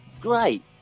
Great